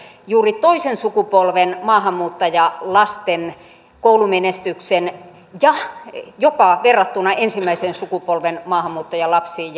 juuri toisen sukupolven maahanmuuttajalasten koulumenestyksessä verrattuna kantasuomalaisiin ja jopa ensimmäisen sukupolven maahanmuuttajalapsiin